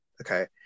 okay